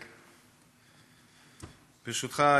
ברשותך,